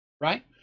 right